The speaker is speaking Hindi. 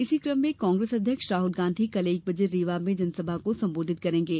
इसी क्रम में कांग्रेस अध्यक्ष राहल गांधी कल एक बजे रीवा में जनसभा को संबोधित करेंगे